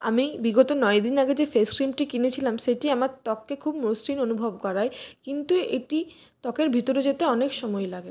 আমি বিগত নয় দিন আগে যে ফেস ক্রিমটি কিনেছিলাম সেটি আমার ত্বককে খুব মসৃণ অনুভব করায় কিন্তু এটি ত্বকের ভিতরে যেতে অনেক সময় লাগে